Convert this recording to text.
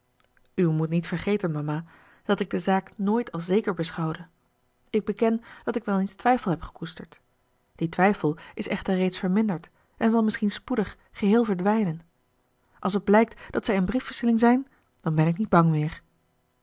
u moet niet vergeten mama dat ik de zaak nooit als zeker beschouwde ik beken dat ik wel eens twijfel heb gekoesterd die twijfel is echter reeds verminderd en zal misschien spoedig geheel verdwijnen als het blijkt dat zij in briefwisseling zijn dan ben ik niet bang meer